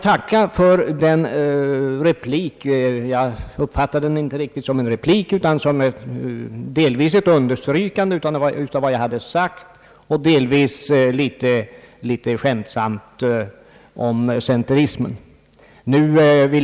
Sedan herr Sten Andersson och hans tal om centerismen.